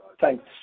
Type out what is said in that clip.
Thanks